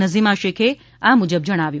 નઝીમા શેખે આ મુજબ જણાવ્યું